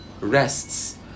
rests